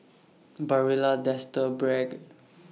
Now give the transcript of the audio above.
Barilla Dester Bragg